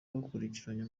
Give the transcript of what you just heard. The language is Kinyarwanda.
bakurikiranye